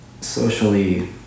socially